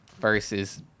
Versus